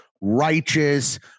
righteous